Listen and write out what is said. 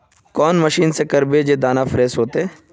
कौन मशीन से करबे जे दाना फ्रेस होते?